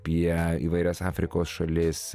apie įvairias afrikos šalis